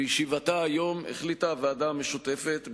בישיבתה היום החליטה הוועדה המשותפת,